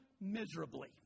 miserably